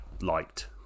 liked